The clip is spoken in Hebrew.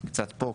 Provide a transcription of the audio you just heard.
קצת פה,